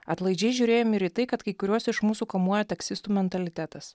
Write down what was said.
atlaidžiai žiūrėjom ir į tai kad kai kuriuos iš mūsų kamuoja taksistų mentalitetas